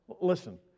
Listen